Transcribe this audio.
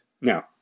Now